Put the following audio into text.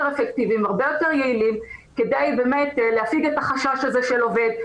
אפקטיביים והרבה יותר יעילים כדי להפיג את החשש הזה של עובד.